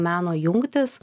meno jungtis